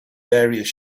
various